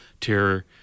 terror